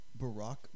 Barack